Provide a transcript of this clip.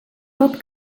tot